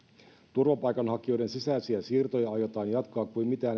turvapaikanhakijoiden sisäisiä siirtoja aiotaan jatkaa kuin mitään